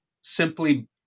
simply